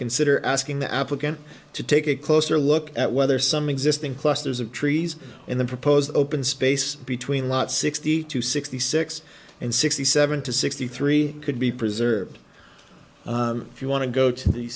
consider asking the applicant to take a closer look at whether some existing clusters of trees in the proposed open space between lot sixty to sixty six and sixty seven to sixty three could be preserved if you want to go to the